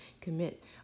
commit